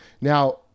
Now